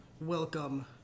Welcome